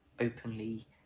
openly